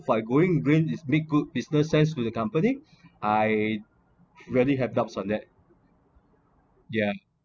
by going green is make good business sense with a company I rarely have doubts on that yeah